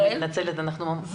אני מתנצלת, אנחנו באיחור.